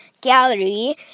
gallery